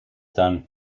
done